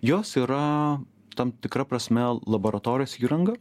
jos yra tam tikra prasme laboratorijos įranga